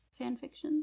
fanfiction